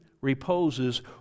reposes